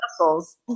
muscles